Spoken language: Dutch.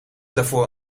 daarvoor